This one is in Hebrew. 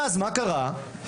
מה קרה מאז?